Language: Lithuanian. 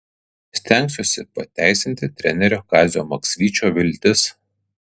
stengsiuosi pateisinti trenerio kazio maksvyčio viltis